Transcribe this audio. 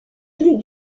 plus